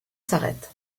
s’arrête